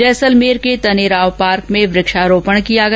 जैसलमेर के तनेराव पार्क में वक्षारोपण किया गया